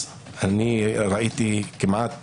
ראיתי כמעט